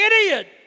idiot